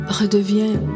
redevient